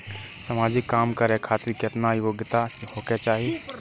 समाजिक काम करें खातिर केतना योग्यता होके चाही?